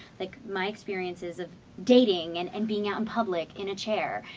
like my experiences of dating, and and being out in public in a chair,